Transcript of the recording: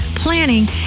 planning